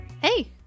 Hey